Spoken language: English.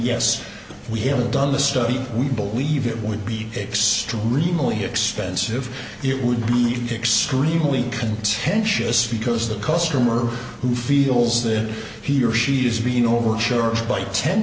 yes we have done the study we believe it would be extremely expensive it would be extremely contentious because the customer who feels that he or she is being overtures by ten